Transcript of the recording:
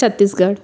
Chhattisgarh